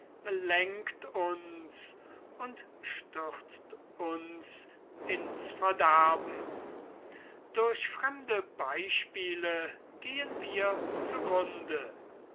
lenkt uns und stürzt uns durch fremde beispiele gehen wir